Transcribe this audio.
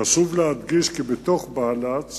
חשוב להדגיש כי בתוך בהל"צ